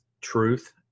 truth